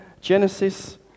Genesis